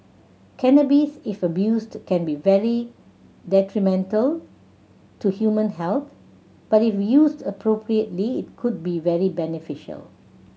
cannabis if abused can be very detrimental to human health but if used appropriately it could be very beneficial